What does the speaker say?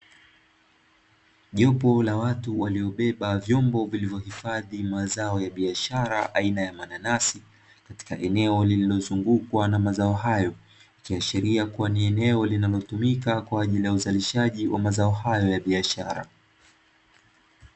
Jopo la watu waliobeba vyombo vilivyohifadhi mazao ya biashara aina ya mananasi katika eneo lililozungukwa na mazao hayo ikiashiria kuwa ni eneo linalotumika kwa ajili ya uzalishaji wa mazao hayo ya biashara.